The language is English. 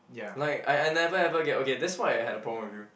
like I I never ever get okay that's why I had a problem with you